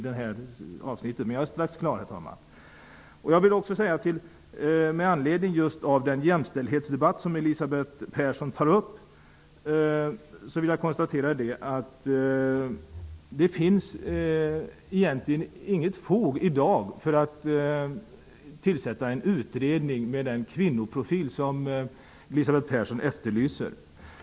Med anledning av att Elisabeth Persson tar upp en jämställdhetsdebatt vill jag konstatera att det egentligen inte finns fog för att i dag tillsätta en utredning med kvinnoprofil, som hon efterlyser.